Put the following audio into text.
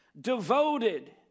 devoted